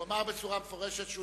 הוא אמר בצורה מפורשת שהוא לא יסכים.